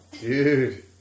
Dude